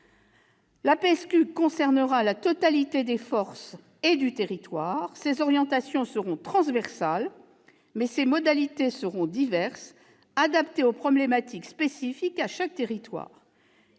La PSQ concernera la totalité des forces et du territoire. Ses orientations seront transversales, mais ses modalités seront diverses, adaptées aux problématiques spécifiques à chaque territoire.